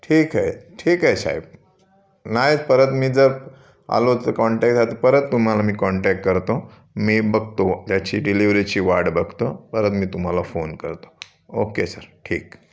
ठीक है ठीक आहे साहेब नाही परत मी जर आलो तर कॉन्टॅक्ट झाला परत तुम्हाला मी कॉन्टॅक्ट करतो मी बगतो त्याची डिलिवरीची वाट बघतो परत मी तुम्हाला फोन करतो ओके सर ठीक